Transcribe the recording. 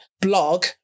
blog